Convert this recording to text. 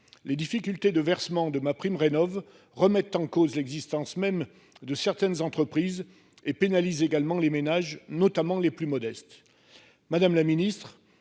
les difficultés de versement de MaPrimeRénov remettent en cause l'existence même de certaines entreprises et pénalise également les ménages, notamment les plus modestes.